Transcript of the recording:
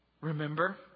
Remember